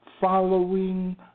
following